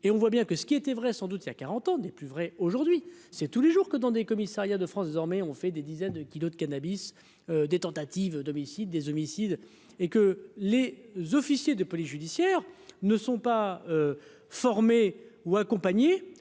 et on voit bien que ce qui était vrai sans doute il y a 40 ans n'est plus vrai aujourd'hui, c'est tous les jours que dans des commissariats de France désormais ont fait des dizaines de kilos de cannabis des tentatives d'homicide des homicides. Et que les officiers de police judiciaire ne sont pas formés ou accompagné